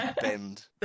Bend